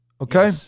Okay